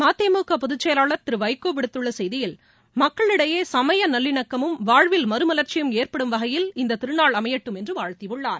மதிமுக பொதுச்செயலாளர் திரு வைகோ விடுத்துள்ள செய்தியில் மக்களிடையே சமய நல்லிணக்கமும் வாழ்வில் மறுமலர்ச்சியும் ஏற்படும் வகையில் இந்தத் திருநாள் அமையட்டும் என்று வாழ்த்தியுள்ளார்